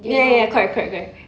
ya ya ya correct correct correct